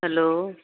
hello